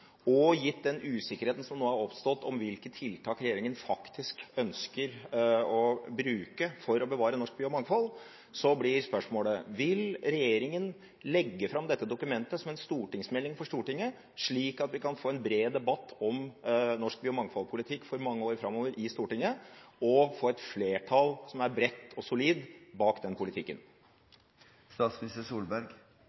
og gitt den usikkerheten som nå har oppstått om hvilke tiltak regjeringen faktisk ønsker å bruke for å bevare norsk biomangfold, blir spørsmålet: Vil regjeringen legge fram dette dokumentet som en stortingsmelding for Stortinget, slik at vi kan få en bred debatt om norsk biomangfoldpolitikk for mange år framover i Stortinget og et flertall som er bredt og solid, bak den politikken?